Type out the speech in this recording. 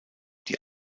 die